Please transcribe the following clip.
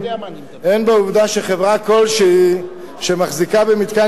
אין בעובדה שחברה כלשהי מחזיקה במתקן